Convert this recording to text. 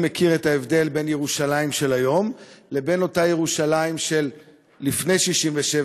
מכיר את ההבדל בין ירושלים של היום לבין אותה ירושלים של לפני 1967,